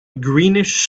greenish